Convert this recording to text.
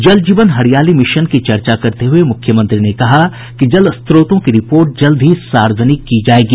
जल जीवन हरियाली मिशन की चर्चा करते हुये मुख्यमंत्री ने कहा कि जल स्त्रोतों की रिपोर्ट जल्द ही सार्वजनिक की जायेगी